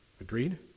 Agreed